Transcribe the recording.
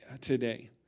today